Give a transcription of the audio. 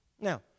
Now